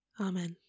Amen